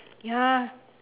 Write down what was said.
ya